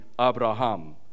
Abraham